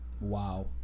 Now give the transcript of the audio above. Wow